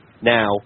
Now